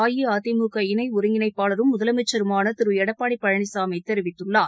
அஇஅதிமுக இணை ஒருங்கிணைப்பாளரும் முதலமைச்சருமான திரு எடப்பாடி பழனிசாமி தெரிவித்துள்ளார்